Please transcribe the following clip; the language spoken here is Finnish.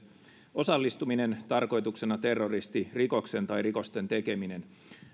osallistuminen tarkoituksena terroristirikoksen tai rikosten tekeminen